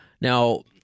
Now